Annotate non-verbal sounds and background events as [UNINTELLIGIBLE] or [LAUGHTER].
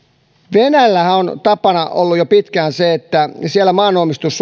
venäjällähän on tapana ollut jo pitkään se että siellä maanomistus [UNINTELLIGIBLE]